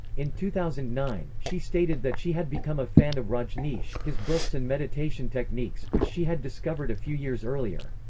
in two thousand and nine, she stated that she had become a fan of rajneesh, his books and meditation techniques, which she had discovered a few years earlier.